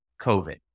COVID